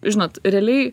žinot realiai